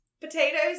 potatoes